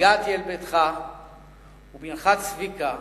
הגעתי אל ביתך ובנך צביקה